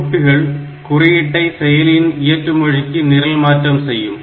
தொகுப்பிகள் குறியீட்டை செயலியின் இயற்று மொழிக்கு நிரல் மாற்றம் செய்யும்